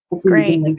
Great